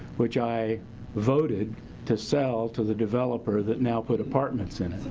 which i voted to sell to the developer that now put apartments in it.